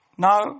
No